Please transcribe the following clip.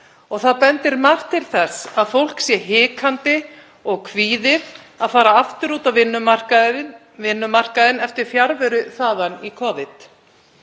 og það bendir margt til þess að fólk sé hikandi og kvíðið að fara aftur út á vinnumarkaðinn eftir fjarveru þaðan í Covid.